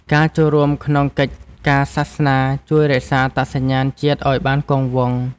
ការចូលរួមក្នុងកិច្ចការសាសនា ជួយរក្សាអត្តសញ្ញាណជាតិឱ្យបានគង់វង្ស។